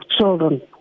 children